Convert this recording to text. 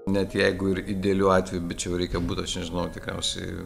net jeigu ir idealiu atveju bet čia jau reikia būti aš nežinau tikriausiai